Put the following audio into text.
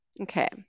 okay